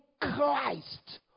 Christ